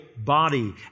body